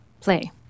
play